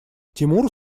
тимур